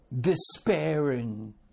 despairing